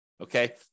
okay